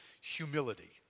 Humility